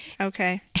Okay